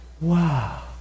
wow